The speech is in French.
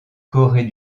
corée